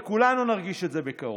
וכולנו נרגיש את זה בקרוב.